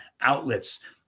outlets